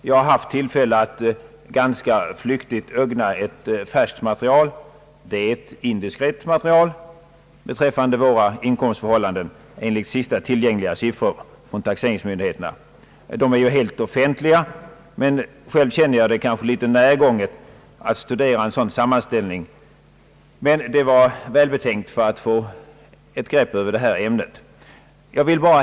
Jag har haft tillfälle att ganska flyktigt ögna igenom ett färskt material — ett indiskret material — beträffande våra inkomstförhållanden enligt sista tillgängliga siffror från taxeringsmyndigheterna. Dessa är visserligen fullt offentliga, men själv känner jag det kanske litet närgånget att studera en sådan sammanställning. Det var dock välbetänkt för att få ett grepp om detta ämne.